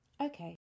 Okay